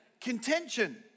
contention